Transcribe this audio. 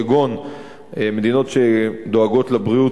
כגון מדינות שדואגות לבריאות,